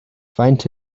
faint